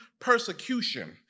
persecution